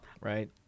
Right